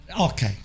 Okay